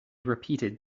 repeated